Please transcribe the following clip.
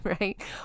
right